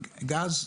גז,